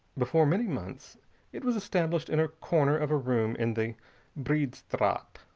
before many months it was established in a corner of a room in the breede straat.